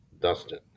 Dustin